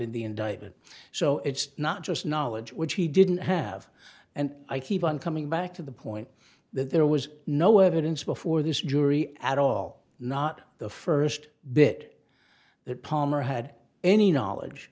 indictment so it's not just knowledge which he didn't have and i keep on coming back to the point that there was no evidence before this jury at all not the first bit that palmer had any knowledge